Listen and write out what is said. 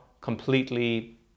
completely